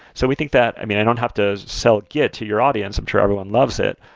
so we think that i mean, i don't have to sell git to your audience. i'm sure everyone loves it.